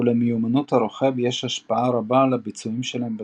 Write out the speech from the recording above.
ולמיומנות הרוכב יש השפעה רבה על הביצועים שלהם בתמרון.